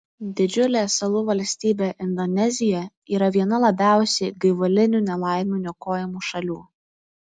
didžiulė salų valstybė indonezija yra viena labiausiai gaivalinių nelaimių niokojamų šalių